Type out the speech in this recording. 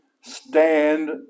stand